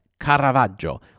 Caravaggio